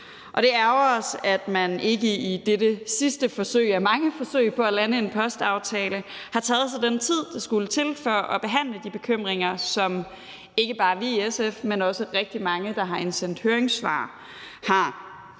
dette sidste forsøg ud af mange forsøg på at lande en postaftale har taget sig den tid, der skulle til for at behandle de bekymringer, som ikke bare vi i SF, man også rigtig mange, der har indsendt høringssvar, har.